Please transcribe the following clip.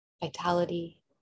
vitality